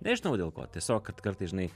nežinau dėl ko tiesiog kad kartais žinai